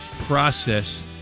process